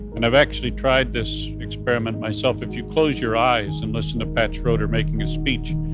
and i've actually tried this experiment myself. if you close your eyes and listen to pat schroeder making a speech,